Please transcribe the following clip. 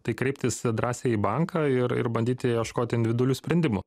tai kreiptis drąsiai į banką ir ir bandyti ieškoti individualių sprendimų